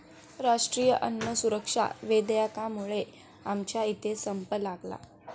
राष्ट्रीय अन्न सुरक्षा विधेयकामुळे आमच्या इथे संप लागला